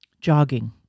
Jogging